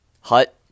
hut